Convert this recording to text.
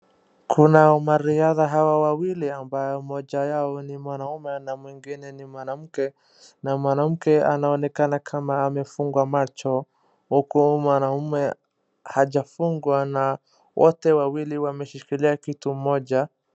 Kuna mariadha hawa wawili ambao moja yao ni mwanaume na mwingine ni mwanamke, na mwanamke anaonekana kama amefungwa macho uku mwanaume hajafungwa na wote wawili wameshikilia kitu moja.